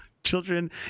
Children